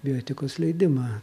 bioetikos leidimą